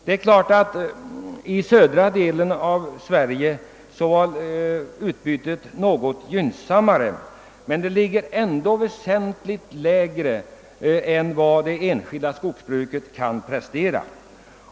Det är klart att utbytet i södra delen av Sverige är något gynnsammare, men det ligger ändå väsentligt lägre än vad det enskilda skogsbruket kan prestera.